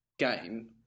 game